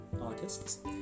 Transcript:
artists